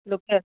local